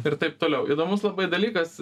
ir taip toliau įdomus labai dalykas